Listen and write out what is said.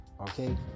okay